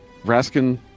Raskin